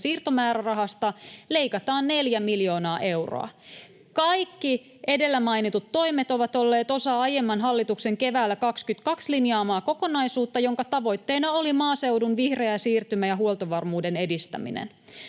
siirtomäärärahasta leikataan 4 miljoonaa euroa. [Tuomas Kettunen: Käsittämätöntä!] Kaikki edellä mainitut toimet ovat olleet osa aiemman hallituksen keväällä 22 linjaamaa kokonaisuutta, jonka tavoitteena oli maaseudun vihreä siirtymä ja huoltovarmuuden edistäminen.